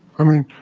i mean,